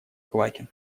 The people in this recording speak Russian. квакин